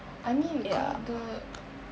I mean kau ada